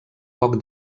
poc